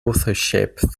authorship